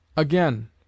Again